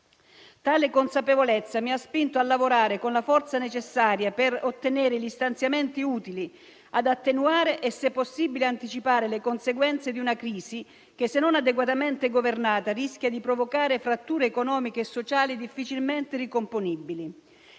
Tale consapevolezza mi ha spinto a lavorare con la forza necessaria per ottenere gli stanziamenti utili ad attenuare e se possibile anticipare le conseguenze di una crisi che, se non adeguatamente governata, rischia di provocare fratture economiche e sociali difficilmente ricomponibili.